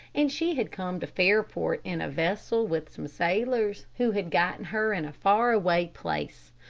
and she had come to fairport in a vessel with some sailors, who had gotten her in a far-away place.